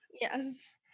Yes